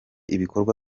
ibikorwa